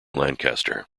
lancaster